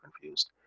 confused